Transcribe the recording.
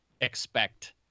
expect